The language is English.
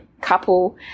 couple